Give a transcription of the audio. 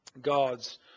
God's